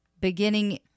beginning